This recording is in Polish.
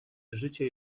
życie